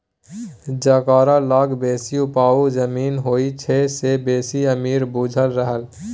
जकरा लग बेसी उपजाउ जमीन होइ छै से बेसी अमीर बुझा रहल